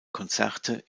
konzerte